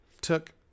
took